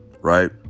Right